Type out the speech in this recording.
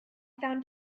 found